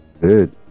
Good